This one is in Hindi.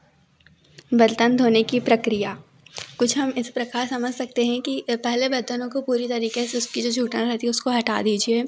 बर्तन धोने की प्रक्रिया कुछ हम इस प्रकार समझ सकते हैं कि पहले बर्तनों को पूरी तरीके से उसकी जो जूठन रहती है उसको हटा दीजिए